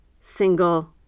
single